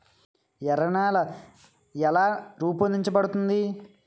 ఎర్ర నేల ఎలా రూపొందించబడింది?